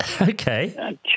Okay